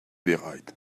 bereit